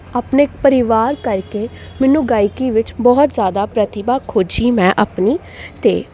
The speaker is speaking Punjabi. ਆਪਣੇ ਪਰਿਵਾਰ ਕਰਕੇ ਮੈਨੂੰ ਗਾਇਕੀ ਵਿੱਚ ਬਹੁਤ ਜ਼ਿਆਦਾ ਪ੍ਰਤਿਭਾ ਖੋਜੀ ਮੈਂ ਆਪਣੀ ਅਤੇ